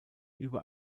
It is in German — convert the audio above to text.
über